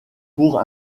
pour